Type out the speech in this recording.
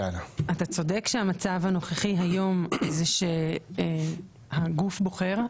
אתה צודק שהמצב הנוכחי היום הוא שהגוף בוחר,